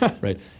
right